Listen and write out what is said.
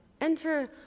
Enter